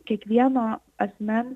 kiekvieno asmens